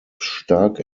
stark